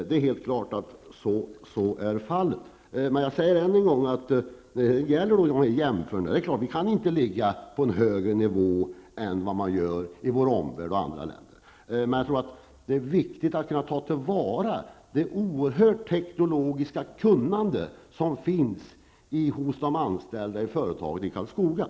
Det är helt klart att så är fallet. När det gäller jämförelsen som Börje Hörnlund gjorde är det självklart att vi i Sverige inte kan ligga på en högre nivå än vad man gör i andra länder i vår omvärld. Men det är viktigt att ta till vara det oerhört gedigna teknologiska kunnande som finns hos de anställda i företaget i Karlskoga.